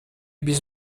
биз